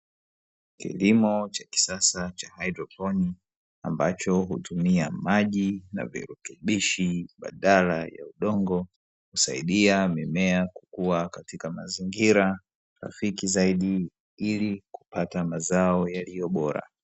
Kilimo cha kisasa cha haidroponi ambacho hutumia maji na virutubishi badala ya udongo kusaidia mimea kukua katika mazingira rafiki zaidi ili kupata mazao yaliyo bora.